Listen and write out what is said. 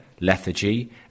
Lethargy